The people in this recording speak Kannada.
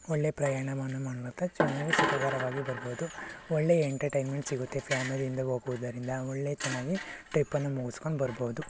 ಒಳ್ಳೆ ಪ್ರಯಾಣವನ್ನು ಮಾಡುತ್ತೆ ನೀವು ಬರ್ಬೋದು ಒಳ್ಳೆಯ ಎಂಟರ್ಟೈನ್ಮೆಂಟ್ ಸಿಗುತ್ತೆ ಫ್ಯಾಮಿಲಿಯಿಂದ ಹೋಗುವುದರಿಂದ ಒಳ್ಳೆ ಚೆನ್ನಾಗಿ ಟ್ರಿಪ್ನ್ನು ಮುಗಿಸ್ಕೊಂಡು ಬರ್ಬೋದು